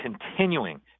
continuing